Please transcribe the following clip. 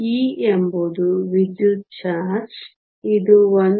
e ಎಂಬುದು ವಿದ್ಯುತ್ charge ಇದು 1